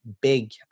big